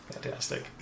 Fantastic